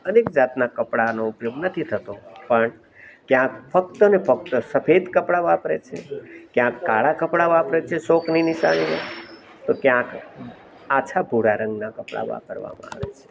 અનેક જાતના કપડાનો ઉપયોગ નથી થતો પણ ત્યાં ફક્તને ફક્ત સફેદ કપડા વાપરે છે ક્યાંક કાળા કપડા વાપરે છે શોકની નિશાનીમાં તો ક્યાંક આછા ભુરા રંગના કપડા વાપરવામાં આવે છે